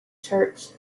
church